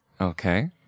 Okay